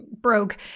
broke